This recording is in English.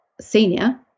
senior